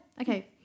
Okay